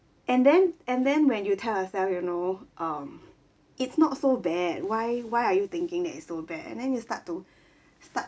and then and then when you tell yourself you know um it's not so bad why why are you thinking that it's so bad and then you start to start